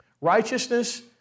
Righteousness